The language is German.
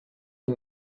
und